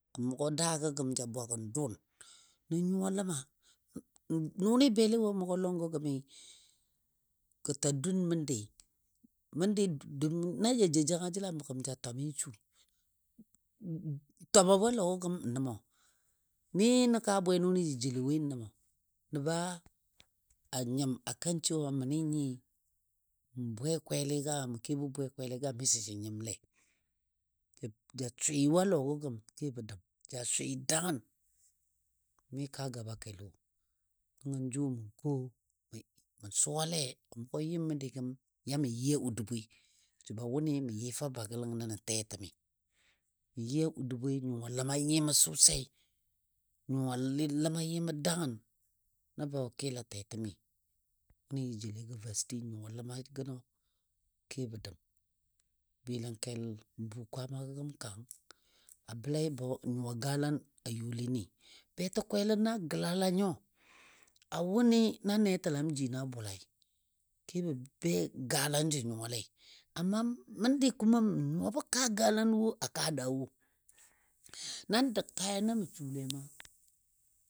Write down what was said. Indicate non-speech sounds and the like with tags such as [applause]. Mʊgɔ daagɔ gəm ja bwagən dʊn, nən nyuwa ləma [hesitation] nʊnɨ bele wo mʊgɔ gəmi gə ta dun məndi, məndi dun naja jou janga jəl a məgəm ja twami n su [hesitation] twamagɔ a lɔgɔ gən n nəmə, mi nən kaa bwe nʊnɨ jə joule woi nən nəmə. Nəbo a nyɨm akan cewa mə ni nyɨɨ mə bwe kwelɨ ka? Mə kebɔ bwe kwelɨ ka? Miso jə nyɨmle. Ja swɨɨ wo a lɔgo gəm kebo dəm, ja swɨɨ dangən mi kaa gaba kel wo. Nəngɔ jʊ mən ko mən suwale a mʊgɔ yɨm məndi gəm ya mə yɨ a oduboi, jəbo a wʊni mən yɨfa Bagalang nəbo tɛtɛmi. Mən yɨ a oduboi n nyuwa ləma yɨma sosai nyuwa ləma yɨma dangən nəbə kɨla tɛtɛmi ni jə joulegɔ Vasty nyuwa ləma gənɔ kebɔ dəm. Bɨləngkel n bu Kwaamagɔ gəm kang a bəlaibɔ n nyuwa galan a youlini. Betɔ kwelənɔ a gəlala nyo a wʊnɨ na netəlam jinɔ a bʊlai, kebɔ be galan jə nyuwalei, amma məndi kuma mən nyuwabɔ kaa galan wo a kaa daa wo, nan dəg kaya na mə sulei maa.